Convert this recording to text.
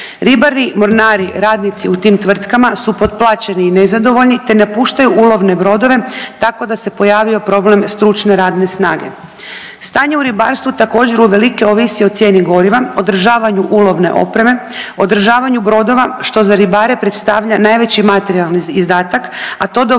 Ribari, mornari, radnici u tim tvrtkama su potplaćeni i nezadovoljni, te napuštaju ulovne brodove, tako da se pojavio problem stručne radne snage. Stanje u ribarstvu također uvelike ovisi o cijeni goriva, održavanju ulovne opreme, održavanju brodova što za ribare predstavlja najveći materijalni izdatak, a to dovodi